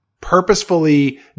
purposefully